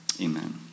Amen